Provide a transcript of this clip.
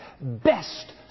best